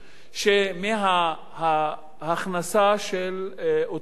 מה שאני מציע הוא שמההכנסה של אותן משפחות,